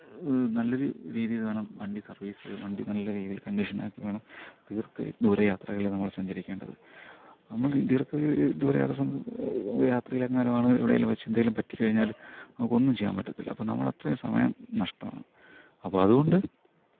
നല്ലൊരു രീതിയിൽ വേണം വണ്ടി സർവീസ് വണ്ടി നല്ല രീതിയിൽ കണ്ടീഷനാക്കി വേണം ദീർഘദൂര യാത്രകളിൽ നമ്മൾ സഞ്ചരിക്കേണ്ടത് നമ്മൾ ദീർഘദൂര യാത്ര യാത്രയിലെങ്ങാനും ആണ് എവിടെലും വെച്ച് എന്തെലും പറ്റിക്കഴിഞ്ഞാൽ നമുക്കൊന്നും ചെയ്യാൻ പറ്റത്തില്ല അപ്പം നമ്മൾ അത്രയും സമയം നഷ്ടമാണ് അപ്പം അത് കൊണ്ട്